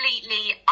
completely